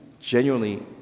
genuinely